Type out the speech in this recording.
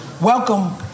welcome